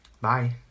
Bye